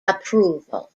approval